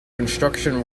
construction